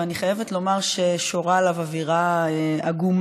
ואני חייבת לומר ששורה עליו אווירה עגומה.